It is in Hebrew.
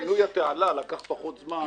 פינוי התעלה לא לקח כל כך הרבה זמן